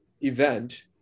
event